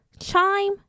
Chime